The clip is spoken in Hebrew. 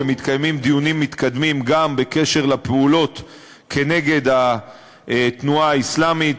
ומתקיימים דיונים מתקדמים גם בקשר לפעולות כנגד התנועה האסלאמית,